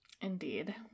indeed